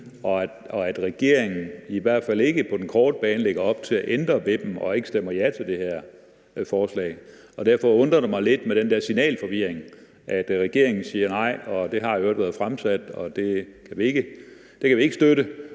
og at regeringen i hvert fald ikke på den korte bane lægger op til at ændre ved dem og ikke stemmer ja til det her forslag. Derfor undrer det mig lidt med den der lidt signalforvirring, i forhold til at regeringen siger nej, og at det i øvrigt har været fremsat og det kan de ikke støtte.